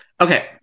Okay